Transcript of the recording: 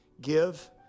Give